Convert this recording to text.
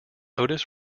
otis